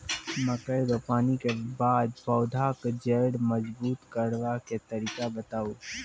मकय रोपनी के बाद पौधाक जैर मजबूत करबा के तरीका बताऊ?